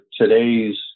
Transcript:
today's